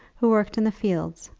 who worked in the fields,